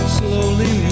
slowly